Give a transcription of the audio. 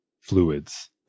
fluids